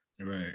Right